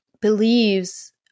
believes